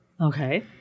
Okay